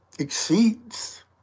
exceeds